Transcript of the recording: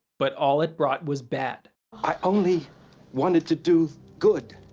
but all it brought was bad. i only wanted to do good.